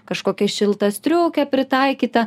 kažkokią šiltą striukę pritaikytą